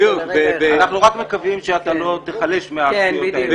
אנחנו רק מקווים שאתה לא תיחלש בגלל זה.